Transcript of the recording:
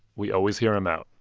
we always hear them out.